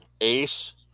Ace